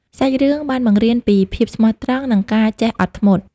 សាច់រឿងបានបង្រៀនពីភាពស្មោះត្រង់ និងការចេះអត់ធ្មត់។